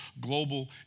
global